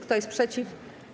Kto jest przeciw?